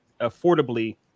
affordably